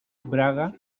braga